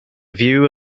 view